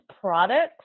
products